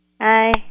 Hi